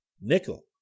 Nickel